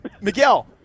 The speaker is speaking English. Miguel